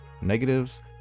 Negatives